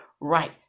right